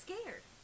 scared